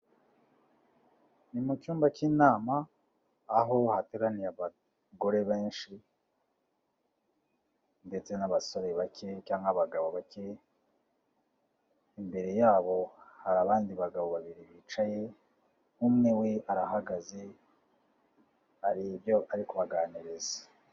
Ni mu cyumba cy'inama aho hateraniye abagore benshi ndetse n'abasore bake cyangwa abagabo bake, imbere yabo hari abandi bagabo babiri bicaye, umwe we arahagaze hari ibyo ari kubaganiriza.